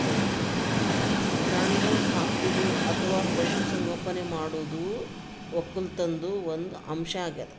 ಪ್ರಾಣಿಗೋಳ್ ಸಾಕದು ಅಥವಾ ಪಶು ಸಂಗೋಪನೆ ಮಾಡದು ವಕ್ಕಲತನ್ದು ಒಂದ್ ಅಂಶ್ ಅಗ್ಯಾದ್